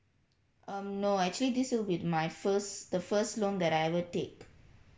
um no actually this will be my first the first loan that I ever take